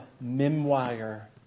memoir